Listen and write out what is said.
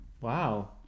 wow